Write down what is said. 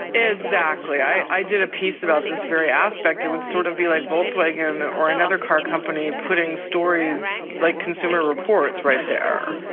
exactly. i did a piece about this very aspect. it would sort of be like volkswagen or another car company putting stories by like consumer reports right there.